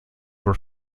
were